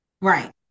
Right